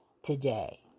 today